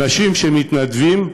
אנשים שמתנדבים,